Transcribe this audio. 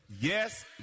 Yes